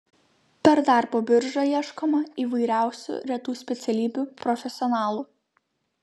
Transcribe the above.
per darbo biržą ieškoma įvairiausių retų specialybių profesionalų